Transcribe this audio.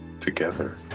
together